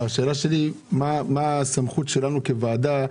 מה הסמכות שלנו כוועדה,